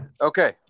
Okay